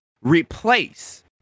replace